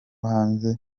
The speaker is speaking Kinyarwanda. hanze